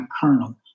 colonel